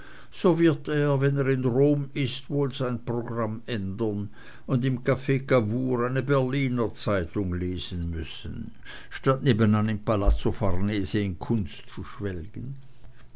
so wird er wenn er in rom ist wohl sein programm ändern und im caf cavour eine berliner zeitung lesen müssen statt nebenan im palazzo borghese kunst zu schwelgen